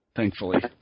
Thankfully